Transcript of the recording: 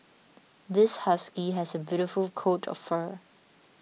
this husky has a beautiful coat of fur